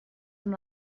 amb